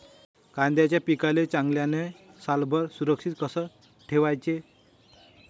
कांद्याच्या पिकाले चांगल्यानं सालभर सुरक्षित कस ठेवाचं?